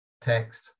text